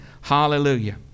Hallelujah